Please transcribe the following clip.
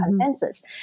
consensus